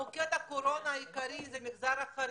מוקד הקורונה העיקרי הוא במגזר החרדי,